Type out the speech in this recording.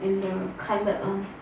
and the coloured ones